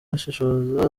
bashishoza